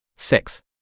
Six